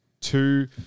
Two